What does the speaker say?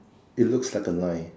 it looks like a line